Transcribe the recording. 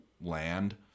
land